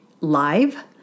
live